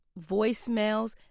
voicemails